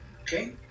okay